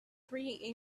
three